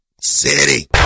City